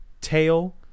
tail